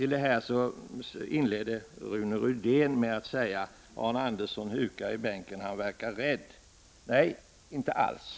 Rune Rydén inledde sitt anförande med att säga: ”Arne Andersson i Gamleby hukar i bänken. Han verkar rädd.” Nej, inte alls.